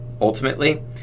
ultimately